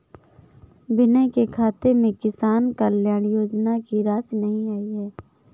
विनय के खाते में किसान कल्याण योजना की राशि नहीं आई है